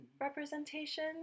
representation